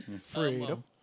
Freedom